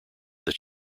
that